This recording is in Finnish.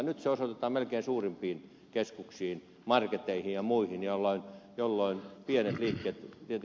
nyt ne osoitetaan melkein suurimpiin keskuksiin marketeihin ja muihin ja olla jollain pienelläkin piti